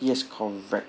yes correct